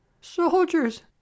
Soldiers